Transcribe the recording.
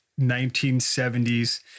1970s